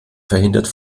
verhindert